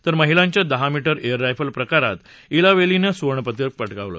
तर महिलांच्या दहा मीटर एअर रायफल प्रकारात ईलावेनीलनं सुवर्णपदक पटकावलं